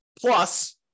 Plus